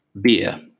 beer